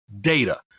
data